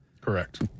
Correct